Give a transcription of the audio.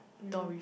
no